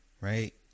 right